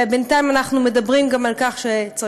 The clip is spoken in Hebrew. ובינתיים אנחנו מדברים גם על כך שצריך